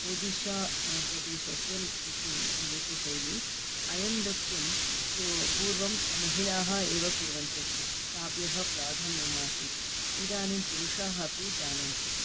ओदिश्शा प्रदेशस्य नृत्यं नृत्यशैली अयं नृत्यं तु पूर्वं महिलाः एव कुर्वन्ति स्म ताभ्यः प्राधान्यम् आसीत् इदानीं पुरुषाः अपि जानन्ति